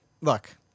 Look